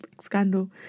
scandal